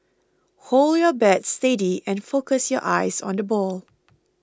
hold your bat steady and focus your eyes on the ball